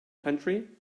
country